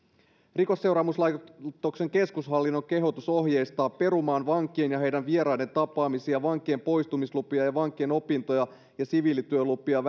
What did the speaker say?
rikosseuraamuslaitoksen keskushallinnon kehotus ohjeistaa perumaan vankien ja heidän vieraidensa tapaamisia vankien poistumislupia ja vankien opintoja ja siviilityölupia